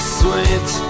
sweet